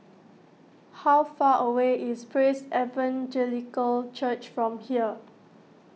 how far away is Praise Evangelical Church from here